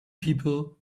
people